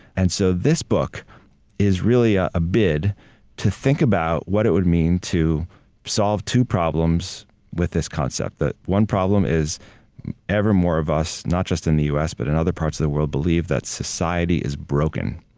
and so this book is really a bid to think about what it would mean to solve two problems with this concept that one problem is ever more of us, not just in the u. s, but in other parts of the world believe that society is broken,